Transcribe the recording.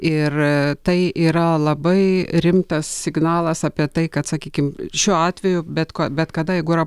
ir tai yra labai rimtas signalas apie tai kad sakykim šiuo atveju bet ko bet kada jeigu yra